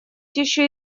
еще